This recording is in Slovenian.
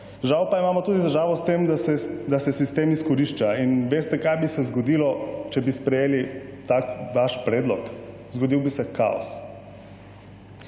Žal pa imamo tudi državo s tem, da se sistem izkorišča in veste kaj bi se zgodilo, če bi sprejelo tak vaš predlog? Zgodil bi se kaos.